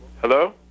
Hello